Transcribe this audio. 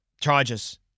Charges